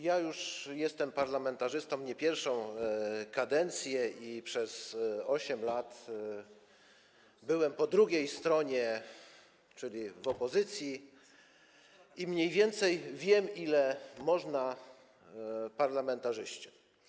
Jestem parlamentarzystą nie pierwszą kadencję, przez 8 lat byłem po drugiej stronie, czyli w opozycji, i mniej więcej wiem, ile można parlamentarzyście.